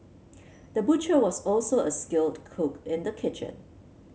the butcher was also a skilled cook in the kitchen